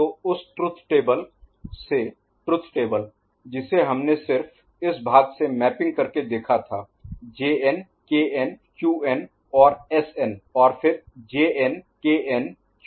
तो उस truth table से ट्रुथ टेबल जिसे हमने सिर्फ इस भाग से मैपिंग करके देखा था Jn Kn Qn और Sn और फिर Jn Kn Qn से Rn